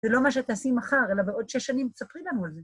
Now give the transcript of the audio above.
זה לא מה שתשים מחר, אלא בעוד שש שנים, תספרי לנו על זה.